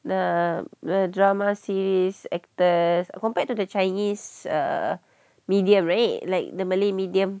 the the drama series actors compared to the chinese err medium right like the malay medium